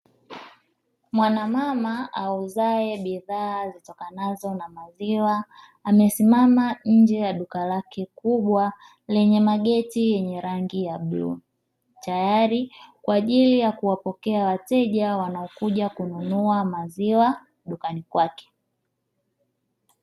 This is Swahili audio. Mwana mama auzae bidhaa zitokanazo na maziwa amesimama nje ya duka lake kubwa lenye mageti yenye rangi ya bluu, tayari kwaajili ya kuwapokea wateja wanaokuja kununua maziwa dukani kwake.